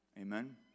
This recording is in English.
Amen